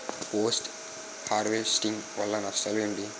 Post harvesting వల్ల నష్టాలు ఏంటి?